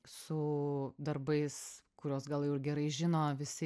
su darbais kuriuos gal jau ir gerai žino visi